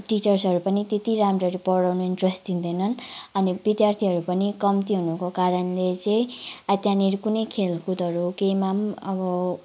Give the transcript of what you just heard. टिचर्सहरू पनि त्यति राम्ररी पढाउनु इन्ट्रेस्ट दिँदैनन् अनि विद्यार्थीहरू पनि कम्ती हुनुको कारणले चाहिँ अब त्यहाँनिर कुनै खेलकुदहरू केहीमा पनि अब